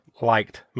liked